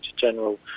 General